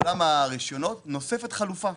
בעולם הרשיונות נוספת חלופה,